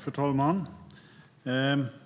Fru talman!